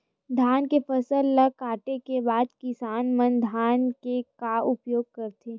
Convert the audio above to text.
धान के फसल ला काटे के बाद किसान मन धान के का उपयोग करथे?